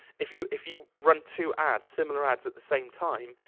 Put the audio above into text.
if you, if you run two ads, similar ads at the same time,